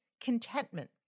contentment